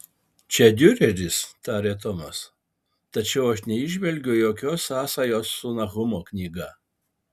čia diureris tarė tomas tačiau aš neįžvelgiu jokios sąsajos su nahumo knyga